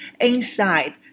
inside